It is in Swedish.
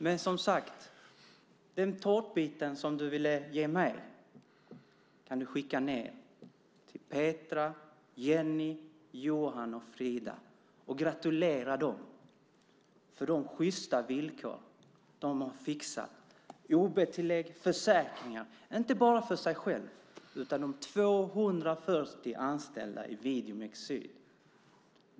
Men som sagt: Den tårtbit som du ville ge mig kan du skicka ned till Petra, Jenny, Johan och Frida och gratulera dem till de sjysta villkor som de har fixat - ob-tillägg och försäkringar - inte bara för sig själva utan för de 240 anställda på Videomix Syd.